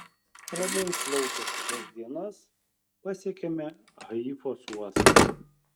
ramiai plaukę šešias dienas pasiekėme haifos uostą